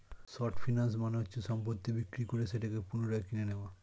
short finance মানে হচ্ছে সম্পত্তি বিক্রি করে সেটাকে পুনরায় কিনে নেয়া